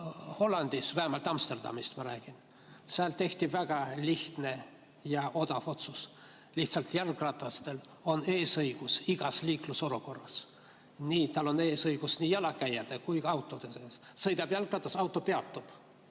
Hollandis, vähemalt kui ma Amsterdamist räägin, tehti väga lihtne ja odav otsus: lihtsalt jalgratastel on eesõigus igas liiklusolukorras. Tal on eesõigus nii jalakäijate kui ka autode ees. Sõidab jalgratas, auto peatub.